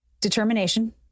Determination